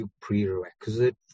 prerequisite